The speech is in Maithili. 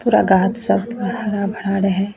पुरा गाछ सब तऽ हरा भरा रहए